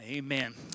Amen